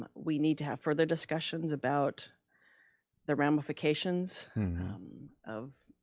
um we need to have further discussions about the ramifications of